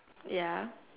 ya